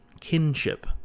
kinship